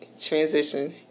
transition